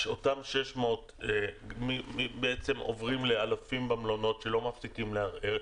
אותם 600 עוברים למלונות והם אלפים ולא מפסיקים לערער.